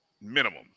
Minimum